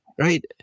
right